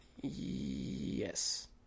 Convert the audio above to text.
Yes